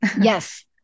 Yes